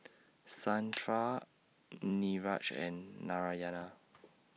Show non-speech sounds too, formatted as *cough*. Santha *noise* Niraj and Narayana *noise*